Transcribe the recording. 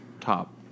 top